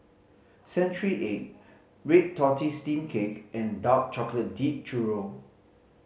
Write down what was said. century egg red tortoise steamed cake and dark chocolate dipped churro